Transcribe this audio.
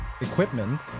equipment